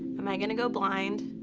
am i gonna go blind?